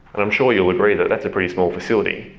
and i'm sure you'll agree that's a pretty small facility.